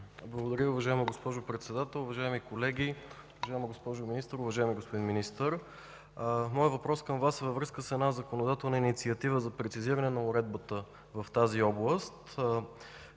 Благодаря Ви, уважаема госпожо Председател. Уважаеми колеги, уважаема госпожо Министър! Уважаеми господин Министър, моят въпрос към Вас е във връзка с една законодателна инициатива за прецизиране на уредбата в тази област.